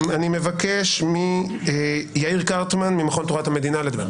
אני מבקש מהרב יאיר קרטמן ממכון תורת המדינה לדבר.